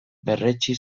berretsi